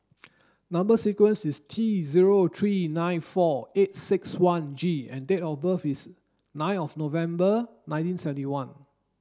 number sequence is T zero three nine four eight six one G and date of birth is nine of November nineteen seventy one